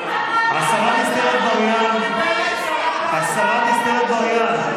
השרה דיסטל אטבריאן, השרה דיסטל אטבריאן.